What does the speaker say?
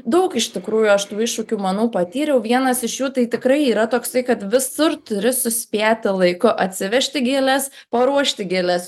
daug iš tikrųjų aš tų iššūkių manau patyriau vienas iš jų tai tikrai yra toksai kad visur turi suspėti laiku atsivežti gėles paruošti gėles